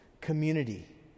community